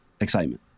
Excitement